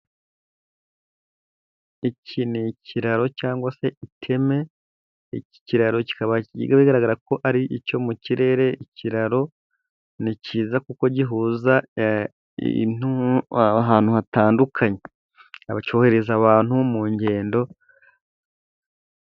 Iki ni ikiraro cyangwa se iteme, iki kiraro kikaba bigaragara ko ari icyo mu kirere, ikiraro ni kiza kuko gihuza ahantu hatandukanye. Kikaba cyorohereza abantu mu ngendo,..